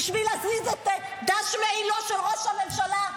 בשביל להזיז את דש מעילו של ראש הממשלה,